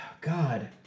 God